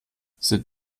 sind